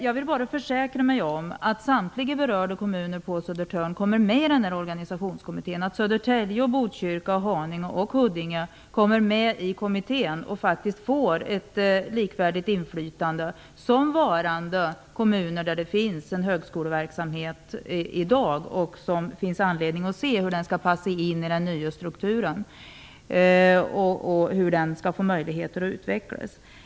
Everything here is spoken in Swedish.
Jag vill bara försäkra mig om att samtliga berörda kommuner på Södertörn kommer med i den organisationskommittén, att Södertälje, Botkyrka, Haninge och Huddinge faktiskt får ett likvärdigt inflytande som varande kommuner där det finns en högskoleverksamhet i dag. Det finns anledning att se hur den skall passa in i den nya strukturen och hur den skall få möjligheter att utvecklas.